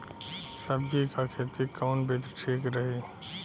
सब्जी क खेती कऊन विधि ठीक रही?